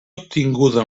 obtinguda